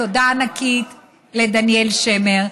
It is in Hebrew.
תודה ענקית לדניאל שמר,